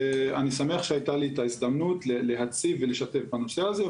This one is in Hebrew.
ואני שמח שהייתה לי את ההזדמנות להציף ולשתף בנושא הזה,